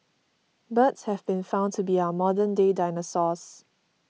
birds have been found to be our modern day dinosaurs